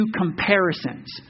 comparisons